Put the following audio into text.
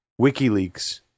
WikiLeaks